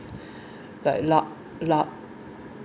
like